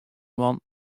man